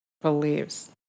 believes